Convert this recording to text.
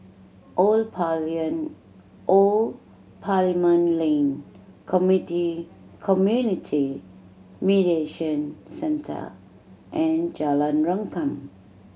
Old Old Parliament Lane Community Mediation Centre and Jalan Rengkam